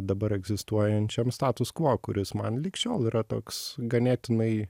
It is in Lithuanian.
dabar egzistuojančiam status kvuo kuris man lig šiol yra toks ganėtinai